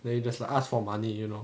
then you just like ask for money you know